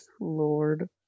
lord